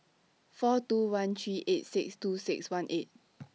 four two one three eight six two six one eight